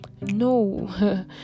No